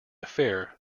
affair